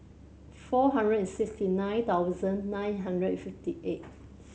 four hundred and sixty nine thousand nine hundred and fifty eight